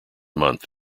month